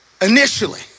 initially